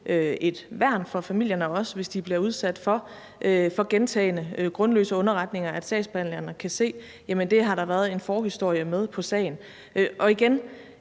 et værn for familierne, også hvis de bliver udsat for gentagne grundløse underretninger, at sagsbehandlerne i sagen kan se, at det har der været en forhistorie om. Og igen,